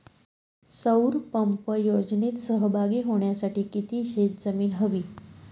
सौर पंप योजनेत सहभागी होण्यासाठी किती शेत जमीन हवी?